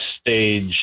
stage